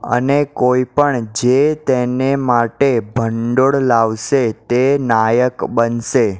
અને કોઈપણ જે તેને માટે ભંડોળ લાવશે તે નાયક બનશે